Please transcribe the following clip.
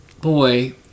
boy